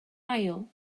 ail